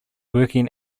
working